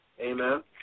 Amen